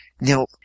Now